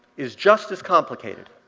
is just as complicated.